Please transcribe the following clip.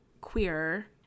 queer